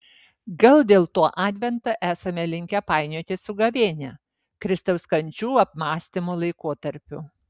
gal dėl to adventą esame linkę painioti su gavėnia kristaus kančių apmąstymo laikotarpiu